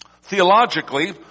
Theologically